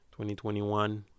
2021